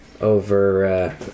over